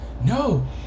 No